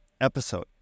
episode